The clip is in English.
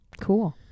Cool